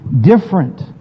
different